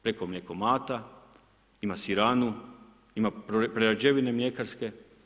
Preko mljekomata, ima siranu, ima prerađevine mljekarske.